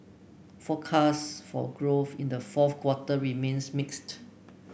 forecasts for growth in the fourth quarter remains mixed